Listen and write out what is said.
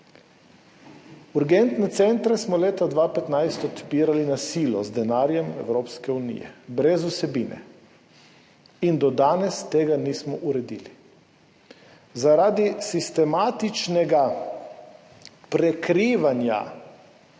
Urgentne centre smo leta 2015 odpirali na silo, z denarjem Evropske unije, brez vsebine in do danes tega nismo uredili. Zaradi sistematičnega prekrivanja